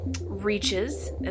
reaches